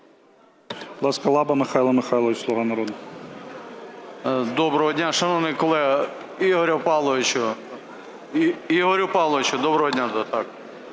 Доброго дня, шановний колего! Ігоре Павловичу!